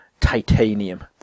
titanium